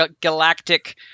galactic